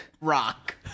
rock